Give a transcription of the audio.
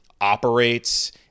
operates